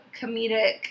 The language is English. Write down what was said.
comedic